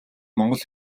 монгол